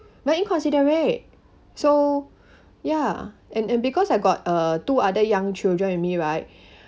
very inconsiderate so ya and and because I got uh two other young children with me right